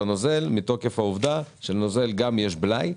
הנוזל מתוקף העובדה שגם לנוזל יש בלאי,